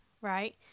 right